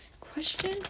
Question